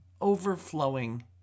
overflowing